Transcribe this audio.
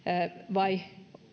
vai